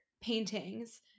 paintings